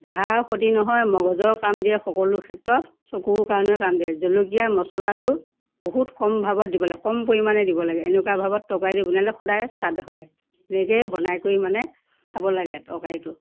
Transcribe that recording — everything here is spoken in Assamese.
দেহাৰো ক্ষতি নহয় মগজৰো কাম দিয়ে সকলো ক্ষেত্ৰত চকুৰ কাৰণেও কাম দিয়ে জলকীয়া মছলাটো বহুত কম ভাৱত দিব লাগে কম পৰিমাণে দিব লাগে এনেকুৱা ভাৱত তৰকাৰীটো বনালে সদায় স্বাদ হয় এনেকৈয়ে বনাই কৰি মানে খাব লাগে তৰকাৰীটো